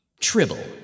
Tribble